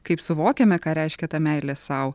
kaip suvokiame ką reiškia ta meilė sau